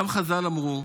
גם חז"ל אמרו: